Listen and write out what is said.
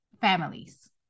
families